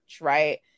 right